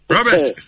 Robert